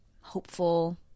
hopeful